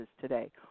today